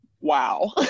wow